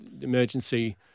emergency